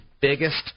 biggest